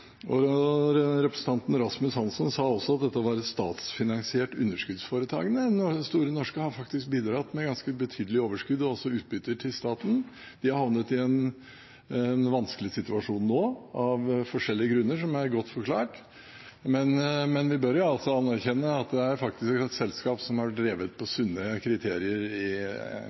finanskomiteen. Representanten Rasmus Hansson sa også at dette var et statsfinansiert underskuddsforetak. Store Norske har faktisk bidratt med ganske betydelige overskudd og også utbytter til staten. De har havnet i en vanskelig situasjon nå, av forskjellige grunner, som er godt forklart, men vi bør anerkjenne at det er et selskap som har drevet på